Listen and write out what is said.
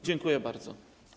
Dziękuję bardzo.